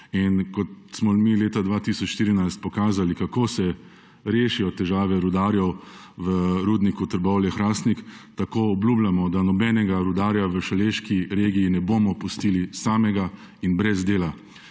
Kot smo jim mi leta 2014 pokazali, kako se rešijo težave rudarjev v Rudniku Trbovlje-Hrastnik, tako obljubljamo, da nobenega rudarja v Šaleški regiji ne bomo pustili samega in brez dela.